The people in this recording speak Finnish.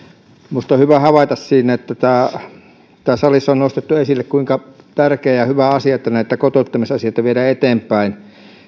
minusta on hyvä havaita että täällä salissa on nostettu esille kuinka on tärkeä ja hyvä asia että näitä kotouttamisasioita viedään eteenpäin